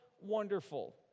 wonderful